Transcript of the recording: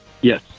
Yes